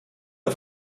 auf